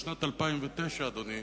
בשנת 2009, אדוני,